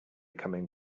coming